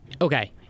okay